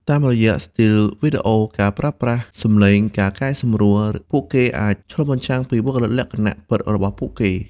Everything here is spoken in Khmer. តាមរយៈស្ទីលវីដេអូ ការប្រើប្រាស់សំឡេង ឬការកែសម្រួល ពួកគេអាចឆ្លុះបញ្ចាំងពីបុគ្គលិកលក្ខណៈពិតរបស់ពួកគេ។